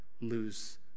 lose